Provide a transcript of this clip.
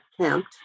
camped